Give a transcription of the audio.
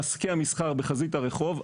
עסקי המסחר בחזית הרחוב,